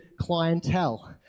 clientele